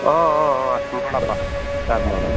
ಆಂ ಆಂ ಆಂ ಅಷ್ಟು ಮಾಡಪ್ಪ ಪ್ಯಾಕ್ ಮಾಡಪ್ಪ